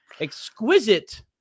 exquisite